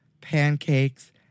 pancakes